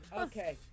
okay